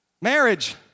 Marriage